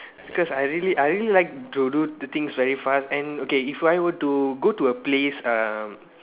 because I really I really like to do the things very fast and okay if I were to go to a place uh